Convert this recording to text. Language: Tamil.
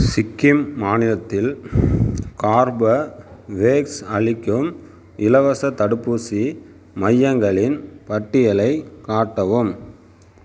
சிக்கிம் மாநிலத்தில் கார்பவேக்ஸ் அளிக்கும் இலவச தடுப்பூசி மையங்களின் பட்டியலைக் காட்டவும்